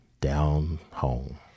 down-home